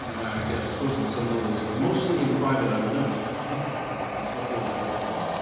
you know i suppose on some levels, mostly in private, i will note the tough words i had for you,